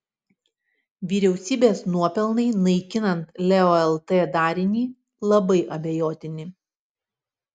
vyriausybės nuopelnai naikinant leo lt darinį labai abejotini